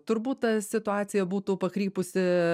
turbūt ta situacija būtų pakrypusi